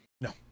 No